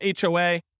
HOA